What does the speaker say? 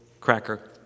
cracker